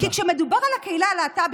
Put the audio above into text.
כי כשמדובר על הקהילה הלהט"בית,